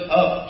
up